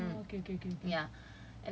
mm ya